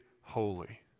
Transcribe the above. holy